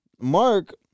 Mark